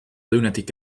lunatic